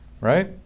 right